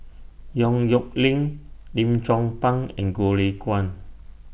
Yong Nyuk Lin Lim Chong Pang and Goh Lay Kuan